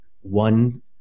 one